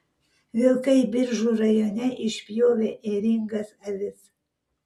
vilkai biržų rajone išpjovė ėringas avis